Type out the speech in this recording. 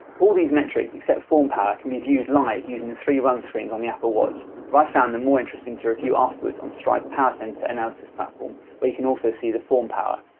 all these metrics except form power can be viewed like using the three run screens on the apple watch, but i've found them more interesting to review afterwards on stryd's powercentre analysis platform, where you can also see the form power.